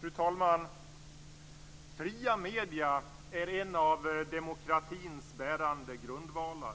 Fru talman! Fria medier är en av demokratins bärande grundvalar.